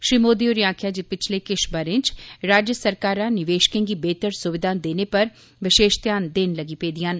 श्री मोदी होरें आक्खेआ जे पिछले किश बारें च राज्य सरकारा निवेशकें गी बेहतर सुविधां देने पर बशेष ध्यान देन लगी पेदियां न